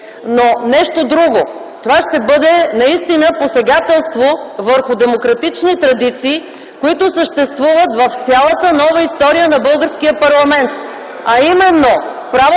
Нещо друго, това ще бъде наистина посегателство върху демократични традиции, които съществуват в цялата нова история на българския парламент (смях и